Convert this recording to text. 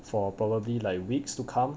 for probably like weeks to come